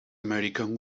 american